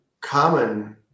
common